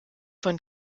von